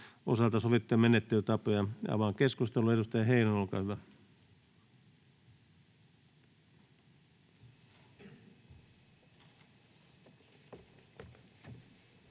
osalta sovittuja menettelytapoja. — Avaan keskustelun. Edustaja Heinonen, olkaa hyvä.